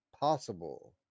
possible